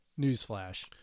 Newsflash